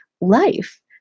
life